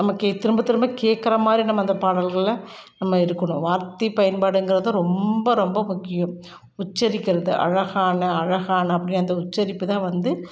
நம்ம கே திரும்ப திரும்ப கேட்கற மாதிரி நம்ம அந்த பாடல்கள்ல நம்ம இருக்கணும் வார்த்தை பயன்பாடுங்கிறது ரொம்ப ரொம்ப முக்கியம் உச்சரிக்கிறது அழகான அழகான அப்படினு அந்த உச்சரிப்பு தான் வந்து